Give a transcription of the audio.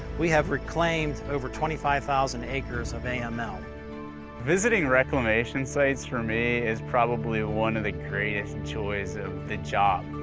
we have reclaimed over twenty five thousand acres of aml. visiting reclamation sites, for me, is probably one of the greatest joys of the job.